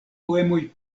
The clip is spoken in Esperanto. poemoj